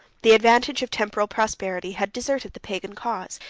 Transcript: the advantage of temporal prosperity had deserted the pagan cause,